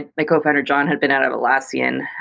and my cofounder john has been out of atlassian,